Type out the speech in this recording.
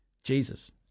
Jesus